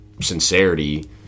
sincerity